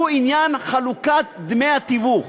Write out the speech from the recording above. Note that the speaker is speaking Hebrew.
הוא עניין חלוקת דמי התיווך.